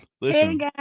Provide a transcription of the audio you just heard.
Listen